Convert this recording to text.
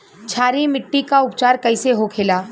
क्षारीय मिट्टी का उपचार कैसे होखे ला?